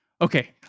Okay